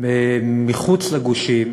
מחוץ לגושים,